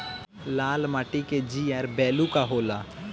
लाल माटी के जीआर बैलू का होला?